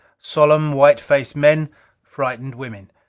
solemn, white-faced men frightened women.